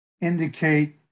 indicate